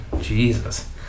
Jesus